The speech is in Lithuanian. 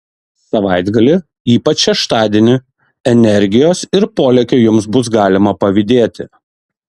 savaitgalį ypač šeštadienį energijos ir polėkio jums bus galima pavydėti